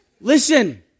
Listen